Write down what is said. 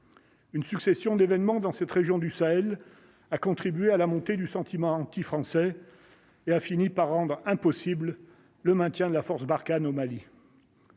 Une succession d'événements dans cette région du Sahel, a contribué à la montée du sentiment anti-français et a fini par rendre impossible le maintien de la force Barkhane au Mali.